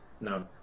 No